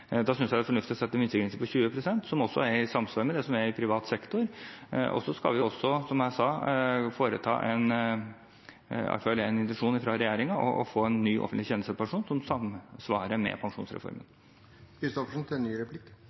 Da synes jeg det er fornuftig å sette en minstegrense på 20 pst., som også er i samsvar med det som er i privat sektor. Som jeg sa, skal vi også – iallfall er det en intensjon fra regjeringens side – få en ny offentlig tjenestepensjon som samsvarer med